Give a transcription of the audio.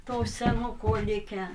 to senuko likę